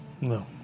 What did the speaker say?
No